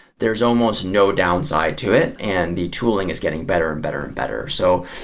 there's almost no downside to it and the tooling is getting better and better and better. so,